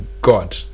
God